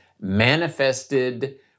manifested